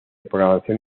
programación